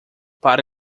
para